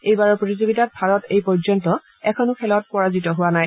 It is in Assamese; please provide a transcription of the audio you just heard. এই বাৰৰ প্ৰতিযোগিতাত ভাৰত এই পৰ্যন্ত এখনো খেলত পৰাস্ত হোৱা নাই